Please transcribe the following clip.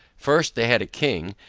first, they had a king,